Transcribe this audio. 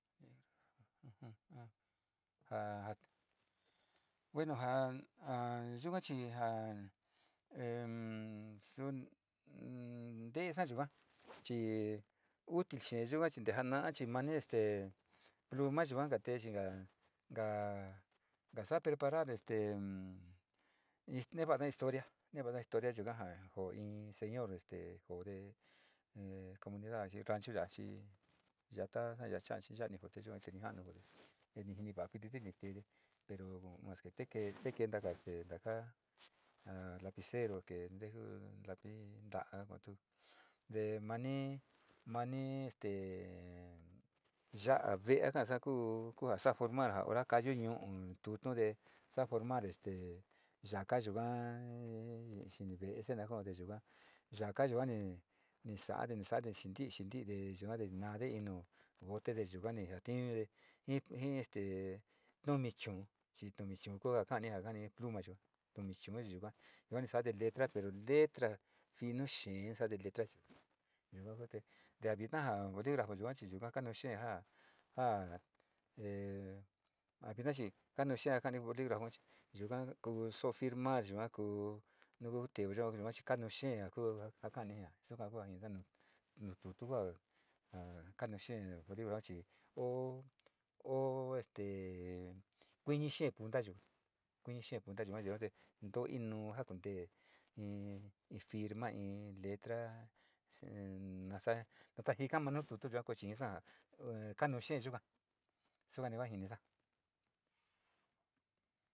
Ja, ja, bueno, ja a yuka chi ja em teesa yukaa chi util xee yuka te jana'a este pluma yua ka tee chi kaa, kaa sa'a preparar estem, chi vasa historia nee vasa historia yuka jo in señor este pobre comunidad, xi ranchu ya'a chi ji yatu va'a cha chi yuate ni ja'anu te ni jiní va'a kuiti pero mas te kee, te kentaga te taka ja lapicero, ke inte ju lapi nta'a na kua tu te mani, mani este ya'a ve'e kasa ku a sa'a formar a hora kayi ñu'u nu tutute sa'a formar te yakaa yuka xini ve'e xi na jo yaka yuani ni sa'a.